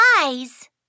eyes